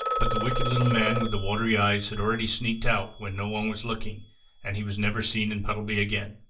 but the wicked little man with the watery eyes had already sneaked out when no one was looking and he was never seen in puddleby again.